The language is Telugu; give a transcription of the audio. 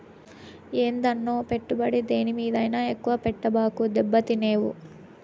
ఏందన్నో, పెట్టుబడి దేని మీదైనా ఎక్కువ పెట్టబాకు, దెబ్బతినేవు